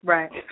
Right